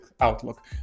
outlook